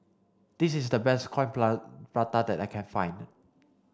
this is the best coin Prata that I can find